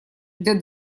для